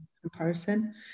comparison